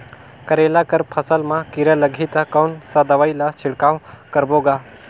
करेला कर फसल मा कीरा लगही ता कौन सा दवाई ला छिड़काव करबो गा?